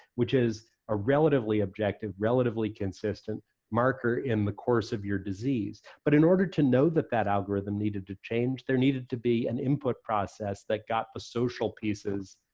which is a relatively objective, relatively consistent marker in the course of your disease. but in order to know that that algorithm needed to change there needed to be an input process that got the social pieces,